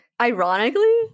Ironically